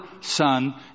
Son